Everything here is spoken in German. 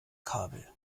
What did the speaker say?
kabel